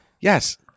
Yes